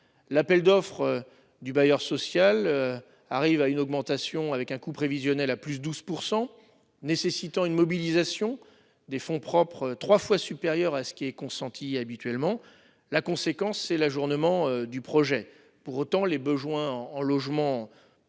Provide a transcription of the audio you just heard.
L'appel d'offres du bailleur social arrive à une augmentation avec un coût prévisionnel à plus 12% nécessitant une mobilisation des fonds propres 3 fois supérieur à ce qui est consenti habituellement la conséquence c'est l'ajournement du projet. Pour autant, les besoins en logements.